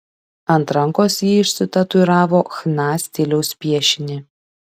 ant rankos ji išsitatuiravo chna stiliaus piešinį